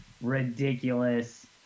ridiculous